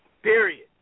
Period